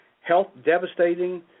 health-devastating